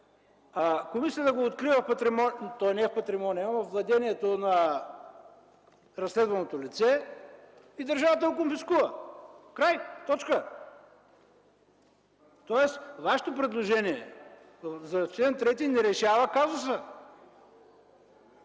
патримониума, то не е в патримониума, а във владението на разследваното лице и държавата го конфискува. Край, точка! Тоест, Вашето предложение за чл. 3 не решава казуса.